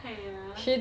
!haiya!